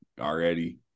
already